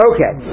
Okay